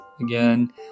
again